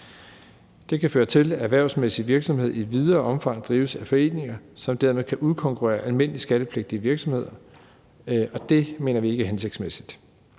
Det kan føre til, at erhvervsmæssig virksomhed i videre omfang drives af foreninger, som dermed kan udkonkurrere almindelige skattepligtige virksomheder, og det mener vi ikke er hensigtsmæssigt.